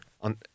on